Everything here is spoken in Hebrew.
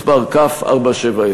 מס' כ/470.